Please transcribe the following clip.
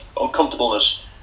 uncomfortableness